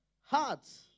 hearts